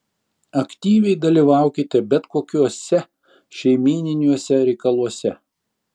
aktyviai dalyvaukite bet kokiuose šeimyniniuose reikaluose